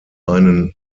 einen